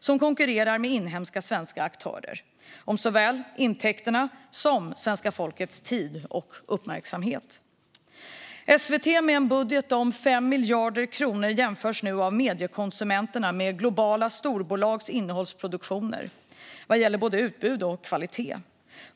De konkurrerar med inhemska svenska aktörer om såväl intäkter som svenska folkets tid och uppmärksamhet. SVT, med en budget om 5 miljarder kronor, jämförs nu av mediekonsumenterna med globala storbolags innehållsproduktioner vad gäller både utbud och kvalitet.